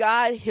God